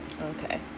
Okay